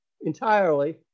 entirely